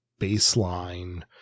baseline